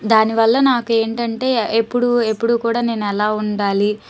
దానివల్ల నాకు ఏంటంటే ఎప్పుడు ఎప్పుడు కూడా నేను ఎలా ఉండాలి